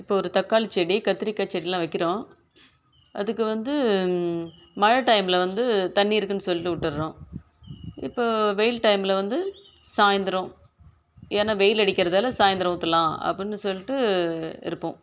இப்போ ஒரு தக்காளி செடி கத்திரிக்காய் செடி எல்லாம் வைக்கிறோம் அதுக்கு வந்து மழை டைம்மில் வந்து தண்ணி இருக்குன்னு சொல்லிட்டு விட்டுறோம் இப்போ வெயில் டைம்மில் வந்து சாயந்திரம் ஏன்னா வெயில் அடிக்கிறதால் சாயந்திரம் ஊற்றல்லாம் அப்பன்னு சொல்லிட்டு இருப்போம்